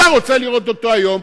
אתה רוצה לראות אותו היום.